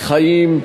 מחיים,